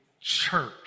church